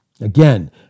Again